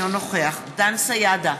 אינו נוכח דן סידה,